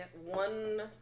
one